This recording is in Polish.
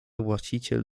właściciel